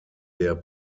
der